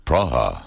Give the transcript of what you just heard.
Praha